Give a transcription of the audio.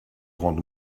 rendre